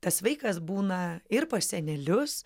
tas vaikas būna ir pas senelius